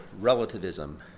relativism